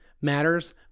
matters